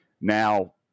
Now